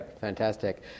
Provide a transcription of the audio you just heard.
Fantastic